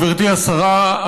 גברתי השרה,